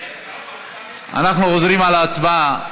אנחנו חוזרים על ההצבעה.